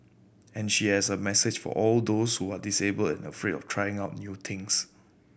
and she has a message for all those who are disabled and afraid of trying out new things